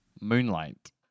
Moonlight